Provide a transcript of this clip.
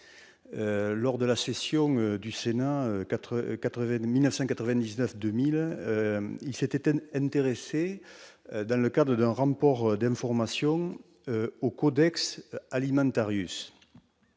lors de la session du Sénat 4 80 1999 2001, il s'était intéressé dans le cadre d'un RAM ports d'information au Codex Alimentarius.